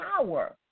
power